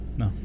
no